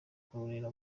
kurera